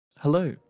Hello